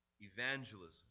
Evangelism